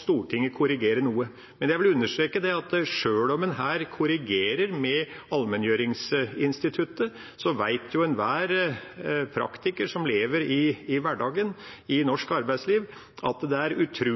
Stortinget korrigere noe. Men jeg vil understreke at sjøl om en her korrigerer med allmenngjøringsinstituttet, vet enhver praktiker som lever i hverdagen i norsk arbeidsliv, at det er utrolig